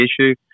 issue